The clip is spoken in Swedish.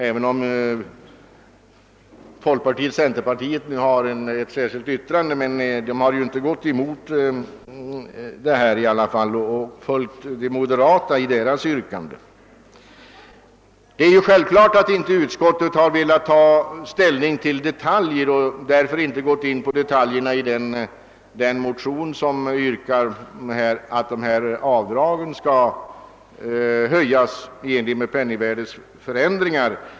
Även om folkpartiets och centerpartiets representanter avgivit ett särskilt yttrande har de inte följt de moderata i deras yrkanden. Det är självklart att utskottet inte velat gå in på några detaljer i den motion vari framförts yrkande om vissa avdrags anpassning till penningvärdets förändringar.